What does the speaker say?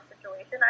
situation